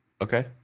Okay